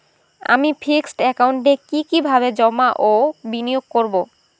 আমি ফিক্সড একাউন্টে কি কিভাবে জমা ও বিনিয়োগ করব?